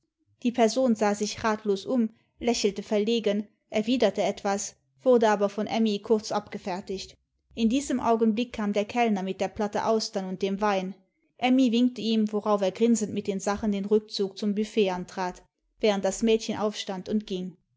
die person sah sich ratlos um lächelte verlen erwiderte etwas wurde aber von emmy kurz abgefertigt in diesem augenblick kam der kellner mit der platte austern und dem wein emmy winkte ihm worauf er grinsend mit den sachen den rückzug zum büfett antrat während das mädchen aufstand und ging